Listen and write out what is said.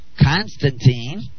Constantine